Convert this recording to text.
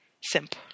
Simp